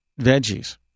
veggies